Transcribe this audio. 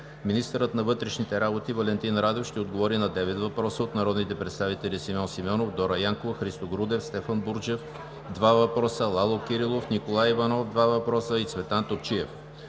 Министърът на вътрешните работи Валентин Радев ще отговори на девет въпроса от народните представители Симеон Симеонов; Дора Янкова; Христо Грудев; Стефан Бурджев (два въпроса); Лало Кирилов; Николай Иванов (два въпроса); и Цветан Топчиев.